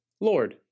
Lord